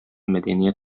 мәдәният